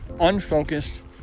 unfocused